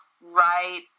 right